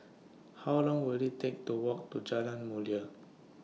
How Long Will IT Take to Walk to Jalan Mulia